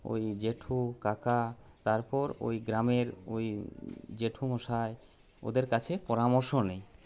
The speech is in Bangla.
ওই জেঠু কাকা তারপর ওই গ্রামের ওই জেঠুমশাই ওদের কাছে পরামর্শ নিই